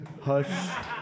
Hush